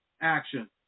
action